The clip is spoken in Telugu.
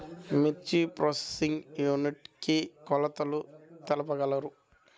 మిర్చి ప్రోసెసింగ్ యూనిట్ కి కొలతలు తెలుపగలరు?